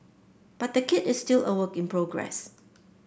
but the kit is still a work in progress